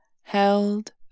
held